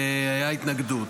והייתה התנגדות.